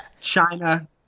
China